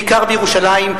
בעיקר בירושלים,